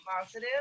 positive